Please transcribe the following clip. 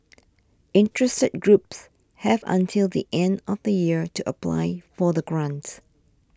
interested groups have until the end of the year to apply for the grant